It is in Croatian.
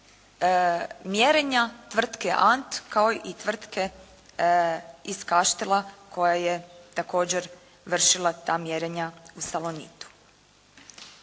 mjerenja tvrtke "ANT" kao i tvrtke iz Kaštela koja je također vršila ta mjerenja u "Salonitu".